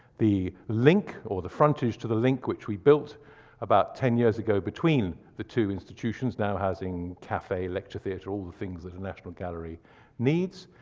the link, or the frontage to the link, which we built about ten years ago between the two institutions, now housing a cafe, lecture theater, all the things that a national gallery needs.